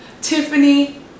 Tiffany